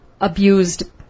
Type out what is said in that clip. abused